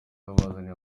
yabazaniye